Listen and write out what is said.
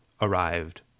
arrived